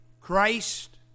Christ